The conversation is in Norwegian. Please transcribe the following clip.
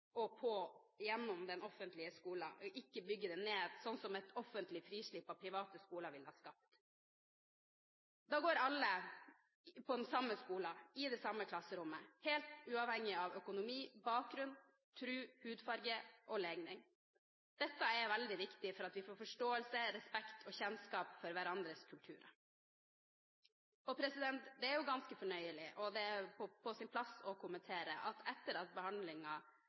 gjennom den offentlige skolen, og ikke bygger den ned sånn som et offentlig frislipp av private skoler ville ha gjort. Da går alle på den samme skolen, i det samme klasserommet helt uavhengig av økonomi, bakgrunn, tro, hudfarge og legning. Dette er veldig viktig for at vi får forståelse for, respekt for og kjennskap til hverandres kultur. Det er ganske fornøyelig, og det er på sin plass å kommentere, at etter